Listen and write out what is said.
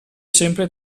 sempre